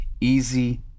Easy